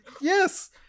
yes